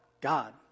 God